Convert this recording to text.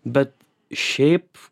bet šiaip